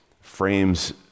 frames